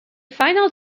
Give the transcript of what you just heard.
final